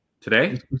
today